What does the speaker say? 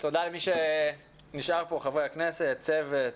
תודה למי שנשאר כאן, לחברי הכנסת, לצוות,